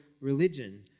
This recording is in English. religion